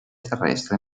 terrestre